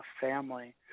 family